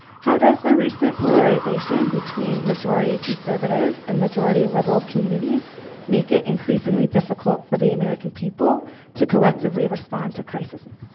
how does the recent polarization between majority conservative and majority liberal communities make it increasingly difficult for the american people to collectively respond to crises? and